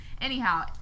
Anyhow